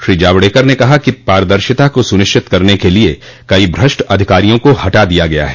श्री जावडेकर ने कहा कि पारदर्शिता को सुनिश्चित करने के लिये कई भ्रष्ट अधिकारियों को हटा दिया गया है